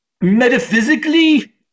Metaphysically